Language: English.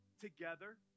together